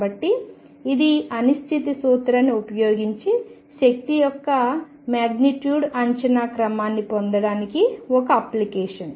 కాబట్టి ఇది అనిశ్చితి సూత్రాన్ని ఉపయోగించి శక్తి యొక్క మాగ్నిట్యూడ్ అంచనా క్రమాన్ని పొందడానికి ఒక అప్లికేషన్